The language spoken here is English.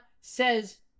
says